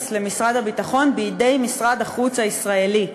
למשרד הביטחון בידי משרד החוץ הישראלי.